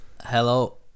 Hello